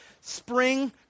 spring